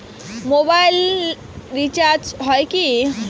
Mobile recharge হয় কি?